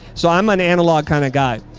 so i'm an analog kind of guy.